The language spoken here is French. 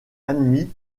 admis